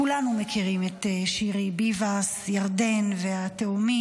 כולנו מכירים את שירי ביבס, ירדן והילדים.